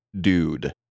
dude